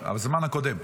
לא, לא, הזמן הקודם.